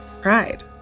Pride